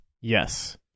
Yes